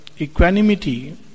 equanimity